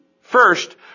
First